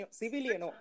civilian